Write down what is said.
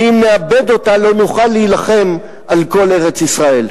ואם נאבד אותה, לא נוכל להילחם על כל ארץ-ישראל.